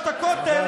בית המקדש.